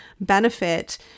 benefit